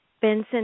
Benson